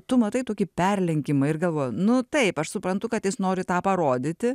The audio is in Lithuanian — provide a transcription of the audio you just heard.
tu matai tokį perlenkimą ir galvoji nu taip aš suprantu kad jis nori tą parodyti